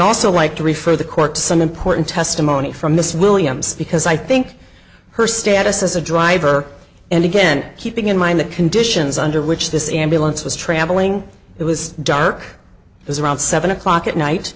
also like to refer the court to some important testimony from miss williams because i think her status as a driver and again keeping in mind the conditions under which this ambulance was travelling it was dark it was around seven o'clock at night